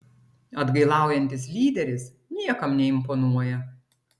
atgailaujantis lyderis niekam neimponuoja